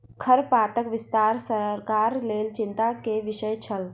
खरपातक विस्तार सरकारक लेल चिंता के विषय छल